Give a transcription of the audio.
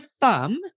thumb